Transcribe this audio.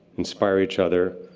inspire each other,